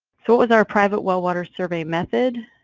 so what was our private well water survey method?